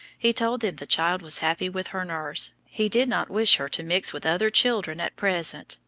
he told them the child was happy with her nurse, he did not wish her to mix with other children at present,